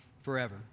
forever